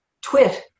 twit